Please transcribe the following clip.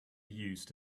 used